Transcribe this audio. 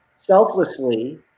Selflessly